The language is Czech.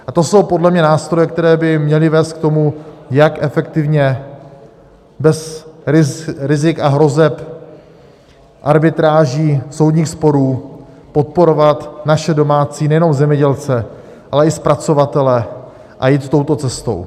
A to jsou podle mě nástroje, které by měly vést k tomu, jak efektivně, bez rizika a hrozeb arbitráží, soudních sporů, podporovat naše domácí nejenom zemědělce, ale i zpracovatele, a jít touto cestou.